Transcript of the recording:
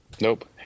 Nope